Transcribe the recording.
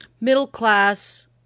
middle-class